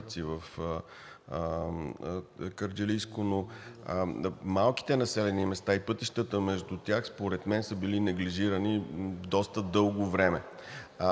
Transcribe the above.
в Кърджалийско. Но малките населени места и пътищата между тях според мен са били неглижирани доста дълго време.